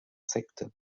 sekte